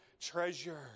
treasure